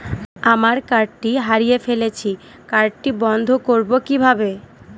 আমার কার্ডটি হারিয়ে ফেলেছি কার্ডটি বন্ধ করব কিভাবে?